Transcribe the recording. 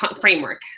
framework